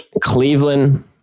Cleveland